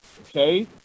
okay